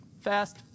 fast